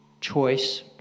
choice